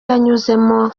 yanyuzemo